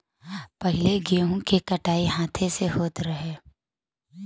पहिले गेंहू के कटाई हाथे से होत रहे